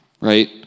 Right